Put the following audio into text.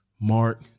Mark